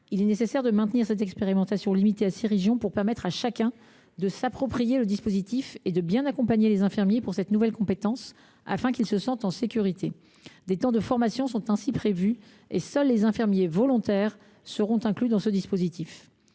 il est nécessaire de maintenir cette expérimentation limitée à six régions pour permettre à chacun de s’approprier le dispositif et de bien accompagner les infirmiers dans l’exercice de cette nouvelle compétence afin qu’ils se sentent en sécurité. Des temps de formation sont ainsi prévus et seuls les infirmiers volontaires seront inclus dans l’expérimentation.